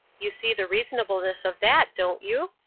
you see the reasonableness of that, don't you?